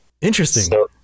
Interesting